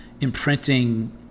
imprinting